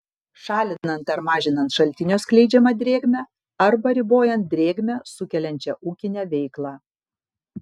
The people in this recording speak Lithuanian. šalinant ar mažinant šaltinio skleidžiamą drėgmę arba ribojant drėgmę sukeliančią ūkinę veiklą